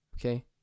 Okay